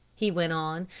he went on,